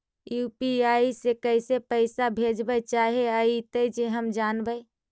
UPI से कैसे पैसा भेजबय चाहें अइतय जे हम जानबय?